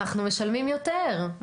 אנחנו משלמים יותר.